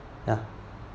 ya